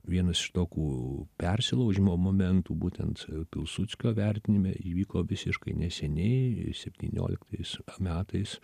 vienas iš tokių persilaužimo momentų būtent pilsudskio vertinime įvyko visiškai neseniai septynioliktais metais